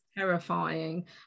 Terrifying